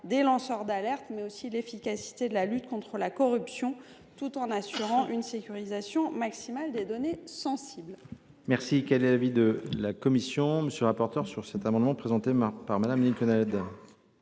des lanceurs d’alerte et efficacité de la lutte contre la corruption tout en assurant une sécurisation maximale des données sensibles.